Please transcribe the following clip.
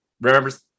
remembers